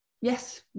yes